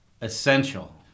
essential